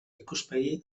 ikuspegi